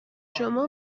شما